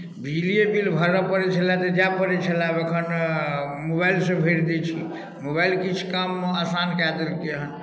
बिजलिए bill भरय पड़ै छलय तऽ जाय पड़ै छलय आब एखन मोबाइलसँ भरि दै छी मोबाइल किछु काममे आसान कए दलकै हेँ